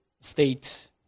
state